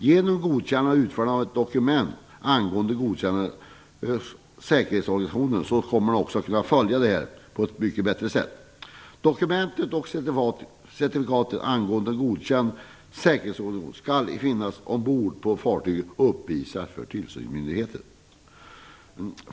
Genom godkännande och utfärdande av ett dokument angående godkänd säkerhetsorganisation kommer man också att kunna följa det på ett mycket bättre sätt. Dokumentet och certifikatet angående godkänd säkerhetsorganisation skall finnas ombord på fartyget och uppvisas för tillsynsmyndigheten.